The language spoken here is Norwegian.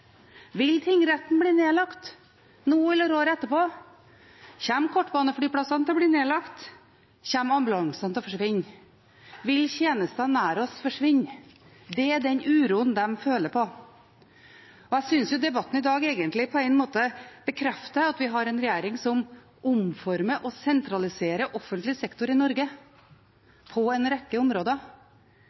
Vil tingretten bli nedlagt – nå eller året etterpå? Kommer kortbaneflyplassene til å bli nedlagt, kommer ambulansene til å forsvinne? Vil tjenester nær oss forsvinne? Det er den uroen de føler på. Jeg synes debatten i dag egentlig bekrefter at vi har en regjering som omformer og sentraliserer offentlig sektor i Norge på en rekke områder.